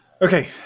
Okay